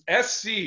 SC